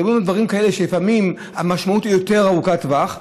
מדברים על כאלה שלפעמים המשמעות היא יותר ארוכת טווח.